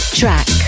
track